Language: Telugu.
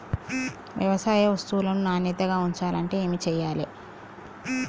వ్యవసాయ వస్తువులను నాణ్యతగా ఉంచాలంటే ఏమి చెయ్యాలే?